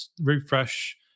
Refresh